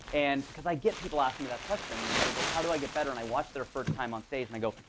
and because i get people asking me that question. you know they go, how do i get better. and i watch their first time on stage and i go,